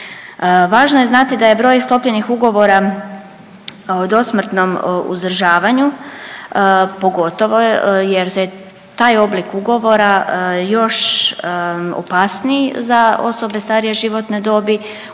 Važno je znati da je broj sklopljenih ugovora o dosmrtnom uzdržavanju, pogotovo jer je taj oblik ugovora još opasniji za osobe starije životne dobi